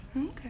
Okay